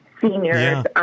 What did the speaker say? seniors